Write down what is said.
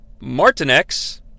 Martinex